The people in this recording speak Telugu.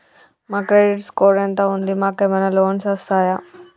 మా క్రెడిట్ స్కోర్ ఎంత ఉంది? మాకు ఏమైనా లోన్స్ వస్తయా?